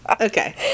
Okay